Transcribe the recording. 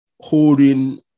holding